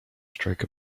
strike